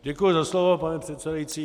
Děkuji za slovo, pane předsedající.